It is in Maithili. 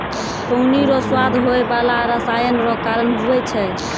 पानी रो स्वाद होय बाला रसायन रो कारण हुवै छै